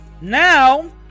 now